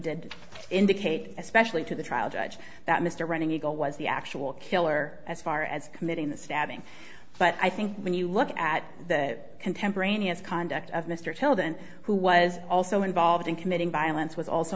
did indicate especially to the trial judge that mr running eagle was the actual killer as far as committing the stabbing but i think when you look at the contemporaneous conduct of mr children who was also involved in committing violence was also